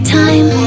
time